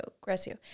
Grecio